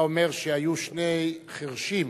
אתה אומר שהיו שני חירשים,